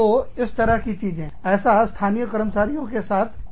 तो इस तरह की चीजें ऐसा स्थानीय कर्मचारियों के साथ नहीं होता है